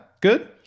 Good